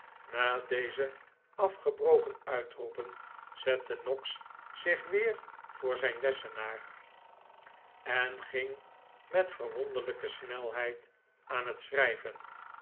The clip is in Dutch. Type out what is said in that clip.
na deze afgebroken uitroepen zette noggs zich weer voor zijn lessenaar en ging met verwonderlijke snelheid aan het schrijven